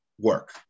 work